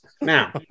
Now